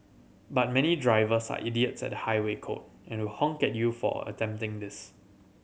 but many drivers are idiots at highway code and honk get you for attempting this